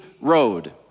road